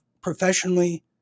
professionally